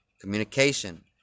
Communication